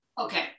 okay